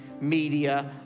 Media